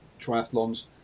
triathlons